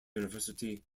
university